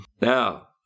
Now